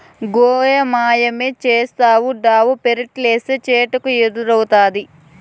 గోమయమేస్తావుండావు పెరట్లేస్తే చెట్లకు ఎరువౌతాది